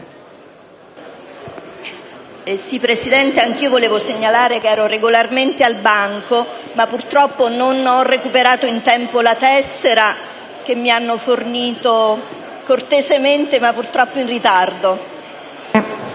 Presidente, anch'io desidero segnalare che ero regolarmente al mio posto, ma non ho recuperato in tempo la tessera che mi hanno fornito cortesemente, ma purtroppo in ritardo.